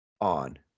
on